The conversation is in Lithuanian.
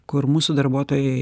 kur mūsų darbuotojai